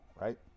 right